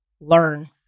learn